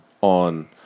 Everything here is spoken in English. on